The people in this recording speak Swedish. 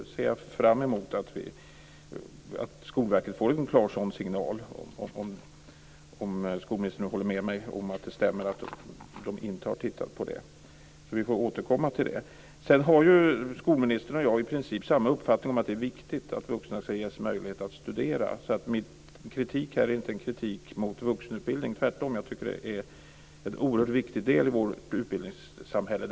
Jag ser fram emot att Skolverket får en klar sådan signal, om skolministern nu håller med mig om att de inte har tittat på detta. Vi får återkomma till det. Sedan har skolministern och jag i princip samma uppfattning om att det är viktigt att vuxna skall ges möjlighet att studera. Min kritik här är inte en kritik mot vuxenutbildning, tvärtom tycker jag att den är en oerhört viktig del i vårt utbildningssamhälle.